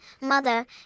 mother